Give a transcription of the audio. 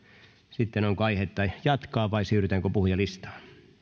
sitten onko aihetta jatkaa vai siirrytäänkö puhujalistaan